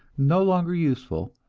no longer useful,